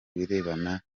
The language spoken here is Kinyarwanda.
birebana